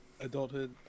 Adulthood